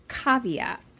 Caveat